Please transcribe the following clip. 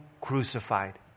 crucified